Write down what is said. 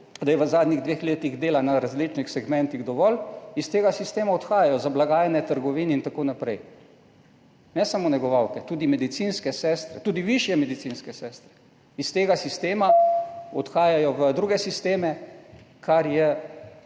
da je v zadnjih dveh letih dela na različnih segmentih dovolj, iz tega sistema odhajajo za blagajne trgovin in tako naprej, ne samo negovalke, tudi medicinske sestre, tudi višje medicinske sestre iz tega sistema odhajajo v druge sisteme, kar je